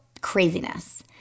craziness